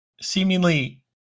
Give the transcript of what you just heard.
seemingly